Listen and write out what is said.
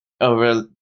over